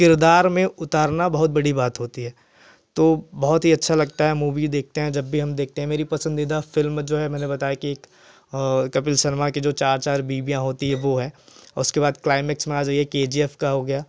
किरदार में उतारना बहुत बड़ी बात होती है तो बहुत ही अच्छा लगता है मूवी देखते हैं जब भी हम देखते हैं मेरी पसंदीदा फ़िल्म जो है मैंने बताया कि एक कपिल शर्मा की जो चार चार बीवियाँ होती है वह है उसके बाद क्लाइमेक्स में आ जाइए के जी एफ का हो गया